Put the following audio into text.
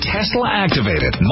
Tesla-activated